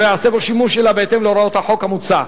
ייעשה בו שימוש אלא בהתאם להוראות החוק המוצע.